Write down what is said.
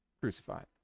crucified